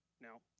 No